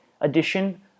edition